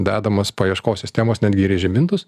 dedamos paieškos sistemos netgi ir į žibintus